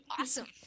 awesome